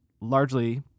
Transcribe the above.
largely